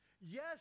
Yes